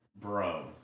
Bro